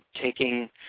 taking